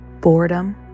boredom